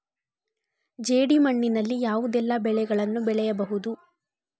ಜೇಡಿ ಮಣ್ಣಿನಲ್ಲಿ ಯಾವುದೆಲ್ಲ ಬೆಳೆಗಳನ್ನು ಬೆಳೆಯಬಹುದು?